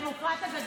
הדמוקרט הגדול.